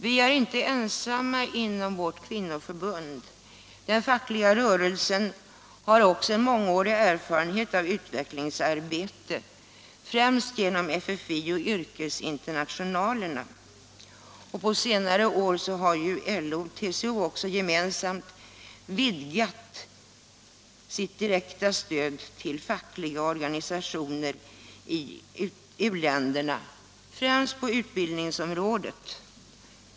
Vårt kvinnoförbund är inte ensamt om detta. Den fackliga rörelsen har också mångårig erfarenhet av utvecklingsarbete, främst genom FFI och yrkesinternationalerna. På senare år har LO och TCO gemensamt vidgat sitt direkta stöd till fackliga organisationer i u-länderna, främst på utbildningsområdet.